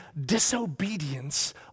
disobedience